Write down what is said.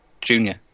junior